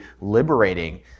liberating